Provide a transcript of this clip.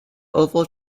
oval